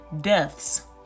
deaths